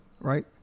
right